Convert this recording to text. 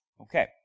Okay